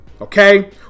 okay